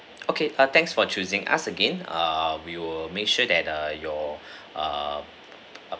okay uh thanks for choosing us again ah we will make sure that err your um um